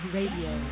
Radio